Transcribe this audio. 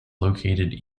located